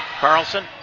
Carlson